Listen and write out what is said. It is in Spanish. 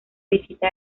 visita